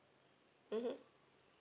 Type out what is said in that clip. mmhmm